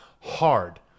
hard